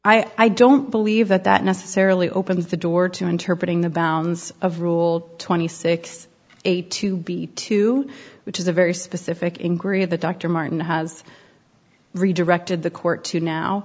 i don't believe that that necessarily opens the door to interpret in the bounds of rule twenty six eight to be two which is a very specific ingreat that dr martin has redirected the court to now